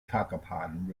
cacapon